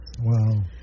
Wow